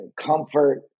comfort